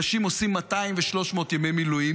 אנשים עושים 200 ו-300 ימי מילואים,